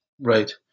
Right